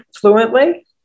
fluently